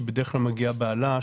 שבדרך כלל מגיעה באל"ש.